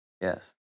Yes